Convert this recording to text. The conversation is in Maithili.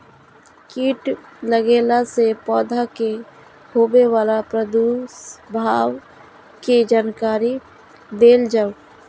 कीट लगेला से पौधा के होबे वाला दुष्प्रभाव के जानकारी देल जाऊ?